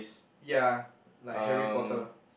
ya like Harry-Potter